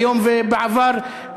היום ובעבר.